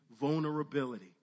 vulnerability